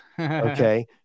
okay